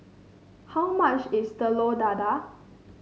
how much is Telur Dadah